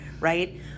right